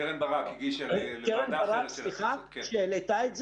קרן ברק שהעלתה את הנושא.